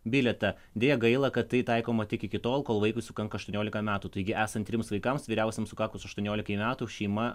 bilietą deja gaila kad tai taikoma tik iki tol kol vaikui sukanka aštuoniolika metų taigi esant trims vaikams vyriausiam sukakus aštuoniolikai metų šeima